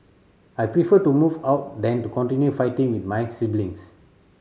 I prefer to move out than to continue fighting with my siblings